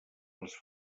les